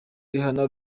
rihanna